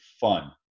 fun